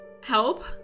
help